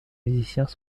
musiciens